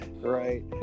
right